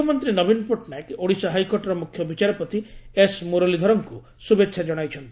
ମୁଖ୍ୟମନ୍ତୀ ନବୀନ ପଟ୍ଟନାୟକ ଓଡ଼ିଶା ହାଇକୋର୍ଟର ମୁଖ୍ୟ ବିଚାରପତି ଏସ୍ ମୁରଲୀଧରଙ୍କୁ ଶୁଭେଛା ଜଶାଇଛନ୍ତି